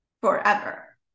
forever